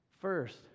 First